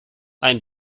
ein